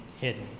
hidden